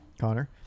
Connor